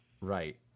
Right